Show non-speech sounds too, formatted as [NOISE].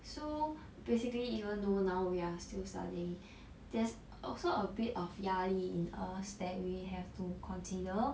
so basically even though now we are still studying [BREATH] there's also a bit of 压力 in us that we have to consider